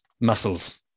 muscles